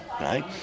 right